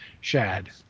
Shad